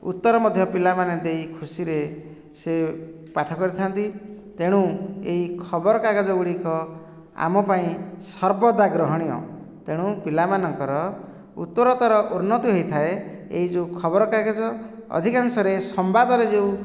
ଉତ୍ତର ମଧ୍ୟ ପିଲାମାନେ ଦେଇ ଖୁସିରେ ସେ ପାଠ କରିଥାନ୍ତି ତେଣୁ ଏଇ ଖବରକାଗଜ ଗୁଡ଼ିକ ଆମପାଇଁ ସର୍ବଦା ଗ୍ରହଣୀୟ ତେଣୁ ପିଲାମାନଙ୍କର ଉତ୍ତରତର ଉନ୍ନତି ହୋଇଥାଏ ଏଇ ଯେଉଁ ଖବରକାଗଜ ଅଧିକାଂଶରେ ସମ୍ବାଦରେ ଯେଉଁ